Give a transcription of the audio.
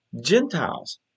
Gentiles